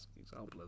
example